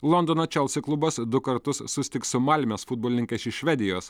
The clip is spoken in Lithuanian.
londono čelsi klubas du kartus susitiks su malmės futbolininkais iš švedijos